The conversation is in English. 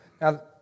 Now